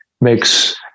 makes